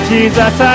Jesus